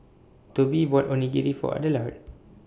Tobi bought Onigiri For Adelard